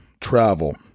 travel